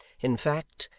in fact,